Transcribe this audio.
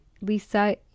Lisa